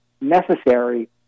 necessary